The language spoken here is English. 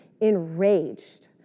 enraged